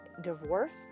divorce